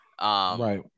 right